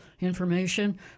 information